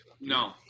no